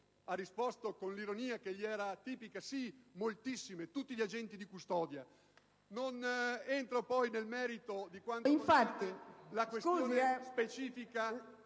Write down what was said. rispose, con l'ironia che gli era tipica: sì, moltissimi, tutti gli agenti di custodia. Non entro poi nel merito della questione specifica